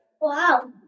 Wow